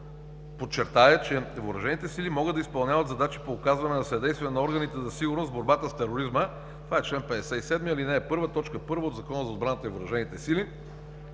подчертая, че Въоръжените сили могат да изпълняват задачи по оказване на съдействие на органите за сигурност в борбата с тероризма – чл. 57, ал. 1, т. 1 от Закона за отбраната и въоръжените сили,